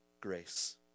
grace